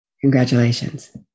congratulations